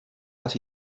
las